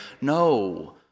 no